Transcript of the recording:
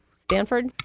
Stanford